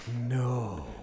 No